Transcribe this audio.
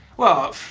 well,